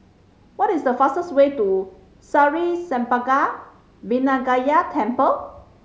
what is the fastest way to Sri Senpaga Vinayagar Temple